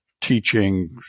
teaching